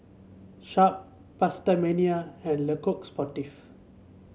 Sharp PastaMania and Le Coq Sportif